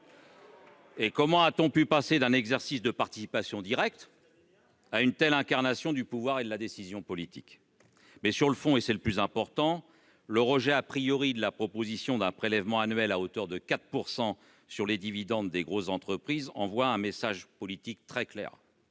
Comment a-t-on pu passer d'un exercice de participation directe à une telle incarnation du pouvoir et de la décision politique ? Sur le fond, et c'est le plus important, le rejet de la proposition d'un prélèvement annuel à hauteur de 4 % sur les dividendes des grosses entreprises envoie un message politique très clair